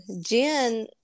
Jen